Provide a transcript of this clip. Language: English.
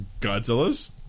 Godzillas